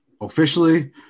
officially